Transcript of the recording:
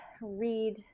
read